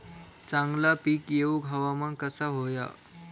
चांगला पीक येऊक हवामान कसा होया?